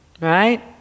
right